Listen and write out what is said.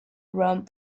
round